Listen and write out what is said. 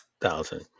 thousand